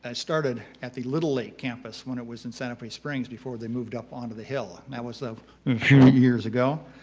and started at the little league campus when it was in santa fe springs before they moved up onto the hill and that was a few years ago,